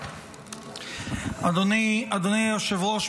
אדוני היושב-ראש,